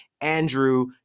Andrew